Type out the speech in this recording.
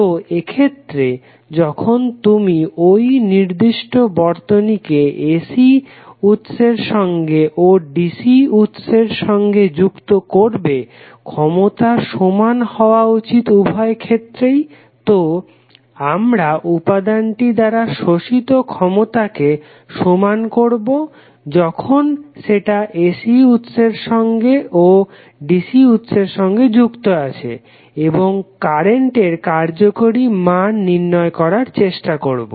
তো এক্ষেত্রে যখন তুমি ওই নির্দিষ্ট বর্তনীকে AC উৎসের সঙ্গে ও DC উৎসের সঙ্গে যুক্ত করবে ক্ষমতা সমান হওয়া উচিত উভয় ক্ষেত্রেই তো আমরা উপাদানটি দ্বারা শোষিত ক্ষমতাকে সমান করবো যখন সেটা AC উৎসের সঙ্গে ও DC উৎসের সঙ্গে যুক্ত আছে এবং কারেন্টের কার্যকারী মান নির্ণয় করার চেষ্টা করবো